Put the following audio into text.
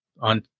on